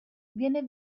viene